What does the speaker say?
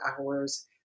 hours